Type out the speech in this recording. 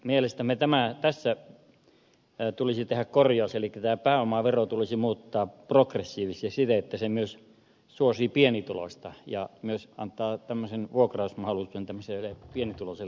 mielestämme tässä tulisi tehdä korjaus eli tämä pääomavero tulisi muuttaa progressiiviseksi siten että se suosii myös pienituloista ja myös antaa tämmöisen vuokrausmahdollisuuden tämmöiselle pienituloiselle eläkeläiselle